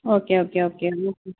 okay okay okay